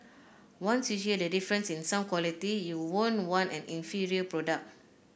once you hear the difference in sound quality you won't want an inferior product